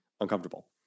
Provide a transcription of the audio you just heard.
uncomfortable